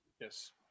Yes